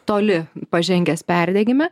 toli pažengęs perdegime